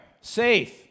safe